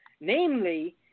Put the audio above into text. Namely